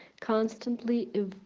constantly